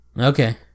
Okay